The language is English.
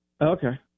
Okay